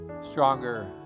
stronger